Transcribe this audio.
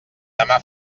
demà